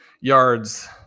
yards